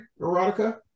erotica